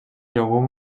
llegum